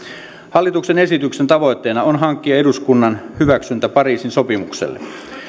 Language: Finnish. hallituksen esityksen tavoitteena on hankkia eduskunnan hyväksyntä pariisin sopimukselle